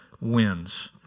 Wins